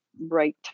right